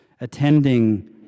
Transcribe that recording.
attending